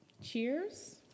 cheers